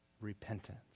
repentance